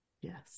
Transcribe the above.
Yes